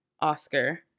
Oscar